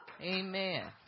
amen